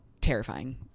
terrifying